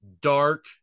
dark